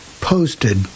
posted